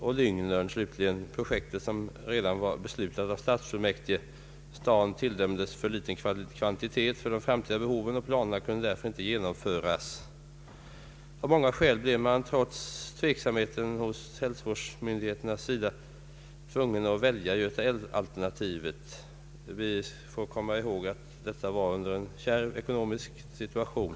Vad slutligen beträffar Lygnernprojektet, som redan godtagits genom beslut av stadsfullmäktige, förföll det på grund av att staden tilldömdes för liten kvantitet för de framtida behoven, och planerna kunde därför inte genomföras. Av många skäl blev man trots tveksamheten från hälsovårdsmyndigheternas sida tvungen att välja Göta älv-alternativet. Vi skall komma ihåg att detta hände i en kärv ekonomisk situation.